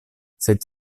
sed